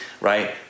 right